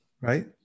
right